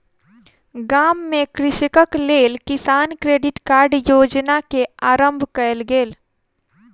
गाम में कृषकक लेल किसान क्रेडिट कार्ड योजना के आरम्भ कयल गेल